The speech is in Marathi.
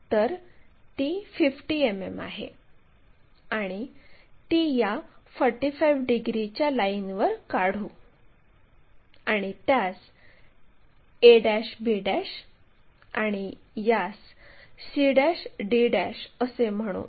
तर ती 50 मिमी आहे आणि ती या 45 डिग्रीच्या लाईनवर काढू आणि त्यास a b आणि यास c d असे म्हणू